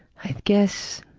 i guess.